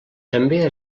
també